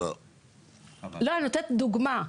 אני נותנת דוגמה.